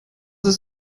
ist